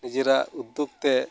ᱱᱤᱡᱮᱨᱟᱜ ᱩᱫᱽᱫᱳᱜᱽᱛᱮ